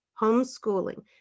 Homeschooling